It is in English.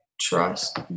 Trust